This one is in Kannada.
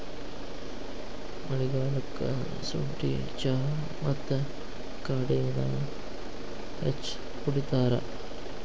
ಮಳಿಗಾಲಕ್ಕ ಸುಂಠಿ ಚಾ ಮತ್ತ ಕಾಡೆನಾ ಹೆಚ್ಚ ಕುಡಿತಾರ